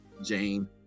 Jane